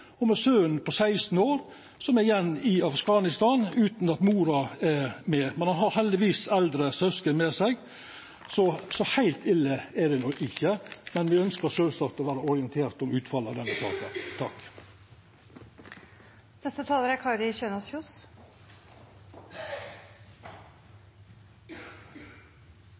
både med mora og med sonen på 16 år, som er igjen i Afghanistan, utan at mora er med. Han har heldigvis eldre søsken med seg, så heilt ille er det no ikkje. Men me ønskjer sjølvsagt å vera orienterte om utfallet av denne saka. Jeg tenker at denne saken viser hvor utrolig viktig det er